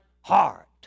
heart